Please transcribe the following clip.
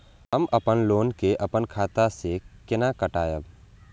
हम अपन लोन के अपन खाता से केना कटायब?